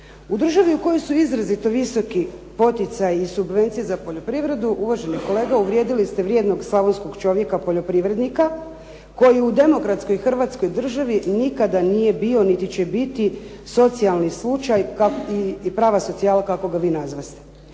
U državi u kojoj su izrazito visoki poticaji i subvencije za poljoprivredu uvaženi kolega uvrijedili ste vrijednog slavonskog čovjeka, poljoprivrednika koji u demokratskoj hrvatskoj državi nikada nije bio niti će biti socijalni slučaj kakti i prava socijala kako ga vi nazvaste.